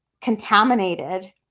contaminated